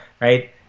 right